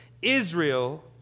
Israel